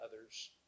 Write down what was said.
others